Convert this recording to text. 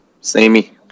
Samey